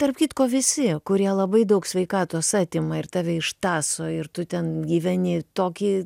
tarp kitko visi kurie labai daug sveikatos atima ir tave ištąso ir tu ten gyveni tokį